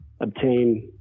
obtain